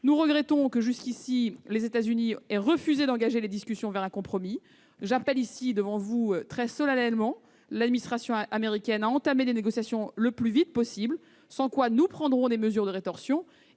Nous regrettons que les États-Unis aient jusqu'ici refusé d'engager les discussions vers un compromis. J'appelle très solennellement devant vous l'administration américaine à entamer des négociations le plus vite possible, sans quoi nous prendrons des mesures de rétorsion.